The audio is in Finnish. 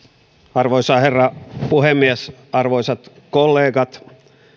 arvoisa herra puhemies arvoisat kollegat